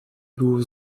było